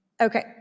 Okay